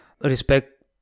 respect